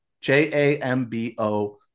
J-A-M-B-O